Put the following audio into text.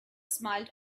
smiled